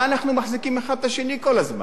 מה אנחנו מחזיקים האחד את השני כל הזמן?